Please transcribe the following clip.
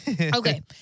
Okay